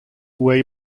away